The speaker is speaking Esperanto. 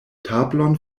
tablon